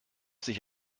sich